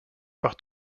par